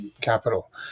capital